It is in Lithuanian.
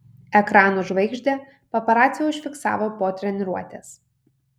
ekranų žvaigždę paparaciai užfiksavo po treniruotės